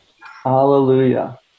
Hallelujah